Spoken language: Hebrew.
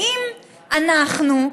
האם אנחנו,